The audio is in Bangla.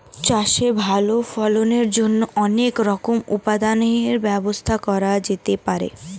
চাষে ভালো ফলনের জন্য অনেক রকমের উৎপাদনের ব্যবস্থা করা যেতে পারে